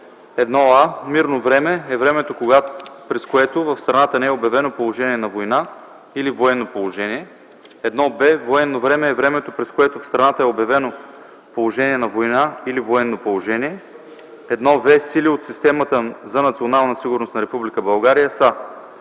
„1а. „Мирно време” е времето, през което в страната не е обявено „положение на война” или „военно положение”. 1б. „Военно време” е времето, през което в страната е обявено „положение на война” или „военно положение”. 1в. „Сили от системата за национална сигурност на Република